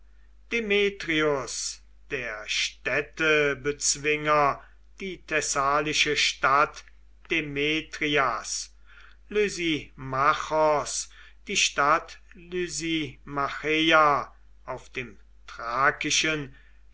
demetrios der städtebezwinger die thessalische stadt demetrias lysimachos die stadt lysimacheia auf dem